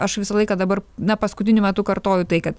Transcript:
aš visą laiką dabar na paskutiniu metu kartoju tai kad